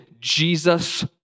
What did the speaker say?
Jesus